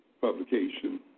publication